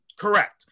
Correct